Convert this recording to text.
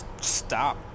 stop